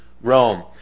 Rome